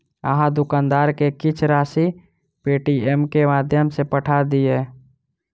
अहाँ दुकानदार के किछ राशि पेटीएमम के माध्यम सॅ पठा दियौ